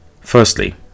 firstly